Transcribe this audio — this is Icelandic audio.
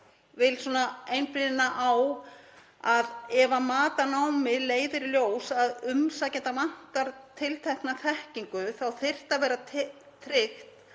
vil einblína á er að ef mat á námi leiðir í ljós að umsækjanda vantar tiltekna þekkingu þá þyrfti að vera tryggt